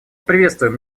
приветствуем